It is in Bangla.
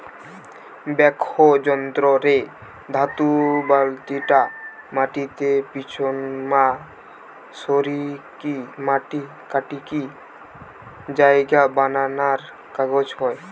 ব্যাকহো যন্ত্র রে ধাতু বালতিটা মাটিকে পিছনমা সরিকি মাটি কাটিকি জায়গা বানানার কাজ হয়